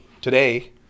today